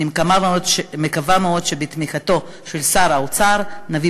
אני מקווה מאוד שבתמיכתו של שר האוצר נביא